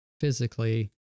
physically